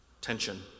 tension